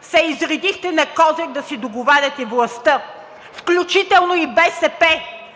се изредихте на „Козяк“ да си договаряте властта, включително и БСП,